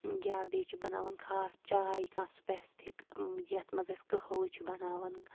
یا بیٚیہِ چھِ بَناوان خاص چاے کانٛہہ سُپیٚسفِک یتھ مَنٛز اَسہِ قہوٕ چھِ بَناوان